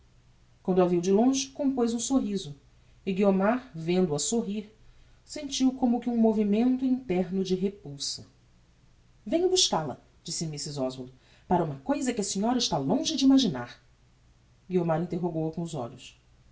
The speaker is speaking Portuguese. quando a viu de longe compoz um sorriso e guiomar vendo-a sorrir sentiu como que um movimento interno de repulsa venho buscal-a disse mrs oswald para uma cousa que a senhora está longe de imaginar guiomar interrogou-a com olhos